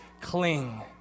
cling